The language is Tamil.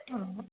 ஓ